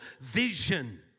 vision